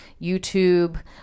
YouTube